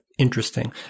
Interesting